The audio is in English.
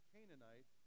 Canaanite